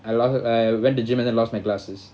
I l~ I went to gym and then lost my glasses